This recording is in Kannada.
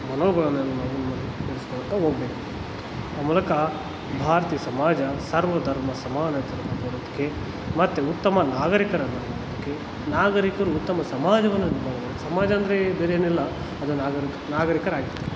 ಮನೋಭಾವನೆಯನ್ನ ನಾವೇನ್ಮಾಡ್ಬೇಕು ಬೆಳೆಸ್ಕೊಳ್ತಾ ಹೋಗ್ಬೇಕು ಆ ಮೂಲಕ ಭಾರತೀಯ ಸಮಾಜ ಸರ್ವಧರ್ಮ ಸಮಾನತೆಯನ್ನು ಕಾಪಾಡೋದಕ್ಕೆ ಮತ್ತು ಉತ್ತಮ ನಾಗರಿಕರನ್ನು ಹೊಂದೋದಕ್ಕೆ ನಾಗರಿಕರು ಉತ್ತಮ ಸಮಾಜವನ್ನು ನಿರ್ಮಾಣ ಮಾಡಲು ಸಮಾಜ ಅಂದರೆ ಬೇರೇನಿಲ್ಲ ಅದೇ ನಾಗರಿಕ ನಾಗರಿಕರಾಗಿರ್ತಾರೆ